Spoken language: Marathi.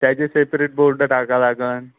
त्याचे सेपरेट बोर्ड टाकावं लागेल